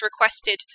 requested